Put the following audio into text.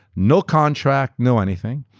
no contract, no anything.